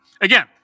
again